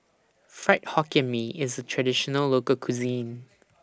Fried Hokkien Mee IS A Traditional Local Cuisine